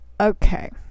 Okay